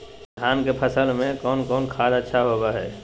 धान की फ़सल में कौन कौन खाद अच्छा होबो हाय?